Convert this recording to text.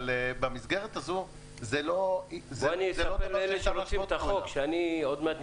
במסגרת הזו זה לא --- עוד מעט אני